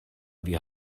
wir